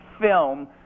film